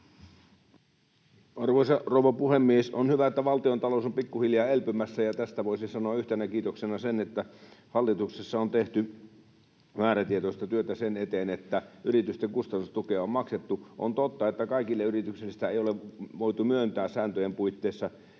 Arvoisa rouva puhemies! On hyvä, että valtiontalous on pikkuhiljaa elpymässä, ja tästä voisi sanoa yhtenä kiitoksena sen, että hallituksessa on tehty määrätietoista työtä sen eteen, että yritysten kustannustukea on maksettu. On totta, että kaikille yrityksille sitä ei ole voitu myöntää sääntöjen puitteissa.